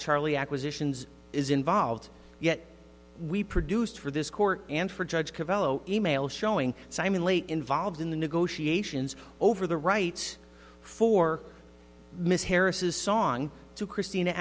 charlie acquisitions is involved yet we produced for this court and for judge covello e mail showing simon late involved in the negotiations over the rights for miss harris's song to christina